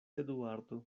eduardo